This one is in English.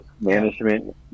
management